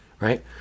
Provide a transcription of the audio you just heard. right